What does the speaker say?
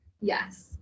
Yes